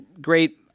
great